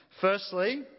Firstly